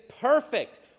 perfect